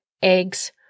eggs